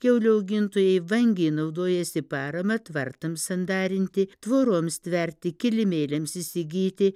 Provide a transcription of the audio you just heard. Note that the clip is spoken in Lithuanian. kiaulių augintojai vangiai naudojasi parama tvartams sandarinti tvoroms tverti kilimėliams įsigyti